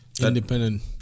independent